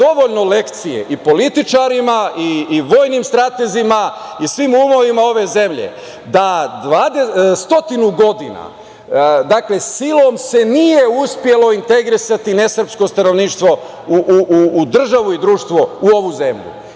dovoljno lekcije i političarima i vojnim stratezima i svim umovima ove zemlje, da stotinu godina silom se nije uspelo integrisati nesrpsko stanovništvo u državu i društvo u ovu